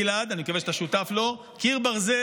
גלעד, אני מקווה שאתה שותף לו, לקיר הברזל.